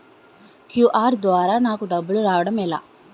QR ద్వారా నాకు డబ్బులు రావడం ఎలా?